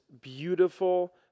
beautiful